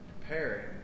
preparing